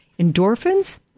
endorphins